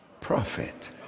prophet